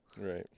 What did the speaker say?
Right